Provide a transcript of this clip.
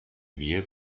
wir